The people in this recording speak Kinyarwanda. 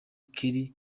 kelly